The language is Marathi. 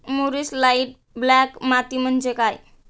मूरिश लाइट ब्लॅक माती म्हणजे काय?